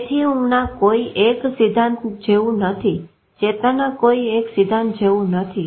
તેથી ઊંઘના કોઈ એક સિદ્ધાંત જેવું નથી ચેતનાના કોઈ એક સિદ્ધાંત જેવું નથી